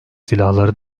silahları